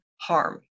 harm